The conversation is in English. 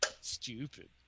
stupid